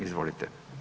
Izvolite.